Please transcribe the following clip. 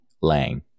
Lang